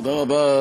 תודה רבה.